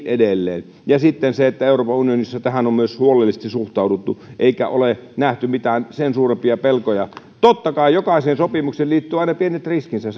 edelleen ja sitten euroopan unionissa tähän on myös huolellisesti suhtauduttu eikä ole nähty mitään sen suurempia pelkoja totta kai jokaiseen sopimukseen liittyy aina pienet riskinsä